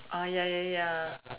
ya ya ya